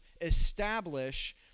establish